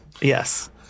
Yes